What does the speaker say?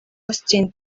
austin